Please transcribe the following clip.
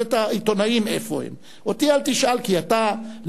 שלישי, ואכן נענינו.